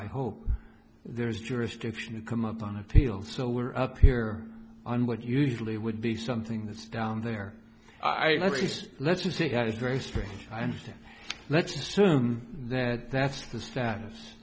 i hope there's jurisdiction to come up on appeal so we're up here on what usually would be something that's down there i raise let's just say that it's very strange i'm saying let's assume that that's the status